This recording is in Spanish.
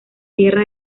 tierra